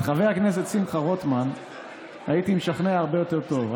את חבר הכנסת שמחה רוטמן הייתי משכנע הרבה יותר טוב,